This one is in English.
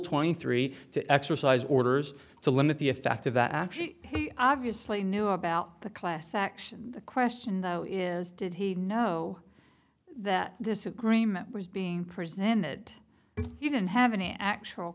twenty three to exercise orders to limit the effect of that actually he obviously knew about the class action the question though is did he know that this agreement was being presented if you didn't have an actual